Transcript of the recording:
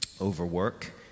overwork